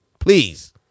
Please